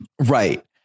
Right